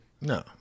No